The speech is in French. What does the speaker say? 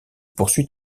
poursuit